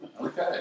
Okay